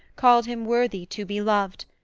called him worthy to be loved,